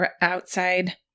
outside